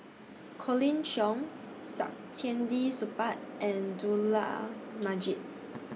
Colin Cheong Saktiandi Supaat and Dollah Majid